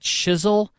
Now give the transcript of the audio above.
chisel